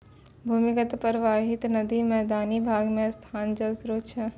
भूमीगत परबाहित नदी मैदानी भाग म स्थाई जल स्रोत छै